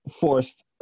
forced